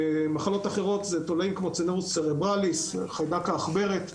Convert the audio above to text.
מחלות אחרות זה תולעים כמו Leptospirosis חיידק העכברת.